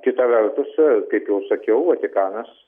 kita vertus kaip jau sakiau vatikanas